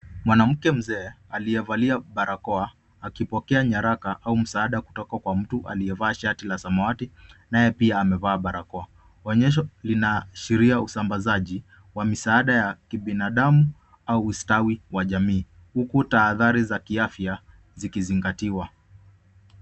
Mwanamke mzee, aliyevalia barakoa akipokea nyaraka au msaada kutoka kwa mtu aliyevaa shati la samawati, naye pia amevaa barakoa. Onyesho linaashiria usambazaji wa misaada ya kibinadamu au ustawi wa kijamii huku tahadhari za afya zikizingatiwa.